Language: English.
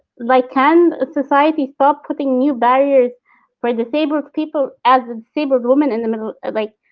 like can society stop putting new barriers for disabled people? as a disabled woman in the middle, like,